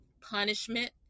punishment